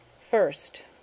First